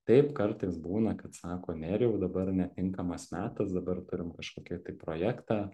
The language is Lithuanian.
taip kartais būna kad sako nerijau dabar netinkamas metas dabar turim kažkokį tai projektą